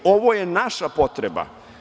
Ovo je naša potreba.